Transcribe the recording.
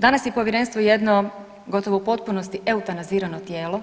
Danas je Povjerenstvo jedno gotovo u potpunosti eutanazirano tijelo,